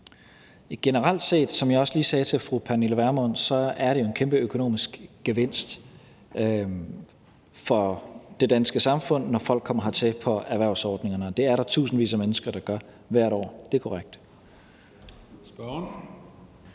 Generelt set, som jeg også lige sagde til fru Pernille Vermund, er det en kæmpe økonomisk gevinst for det danske samfund, når folk kommer hertil på erhvervsordningerne, og det er der tusindvis af mennesker der gør hvert år. Det er korrekt.